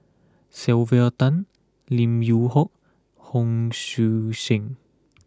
Sylvia Tan Lim Yew Hock Hon Sui Sen